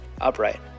upright